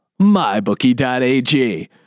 MyBookie.ag